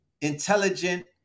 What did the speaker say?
intelligent